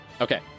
Okay